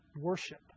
worship